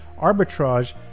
arbitrage